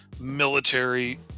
military